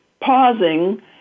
pausing